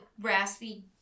raspy